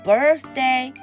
Birthday